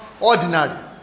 ordinary